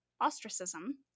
ostracism